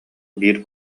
биир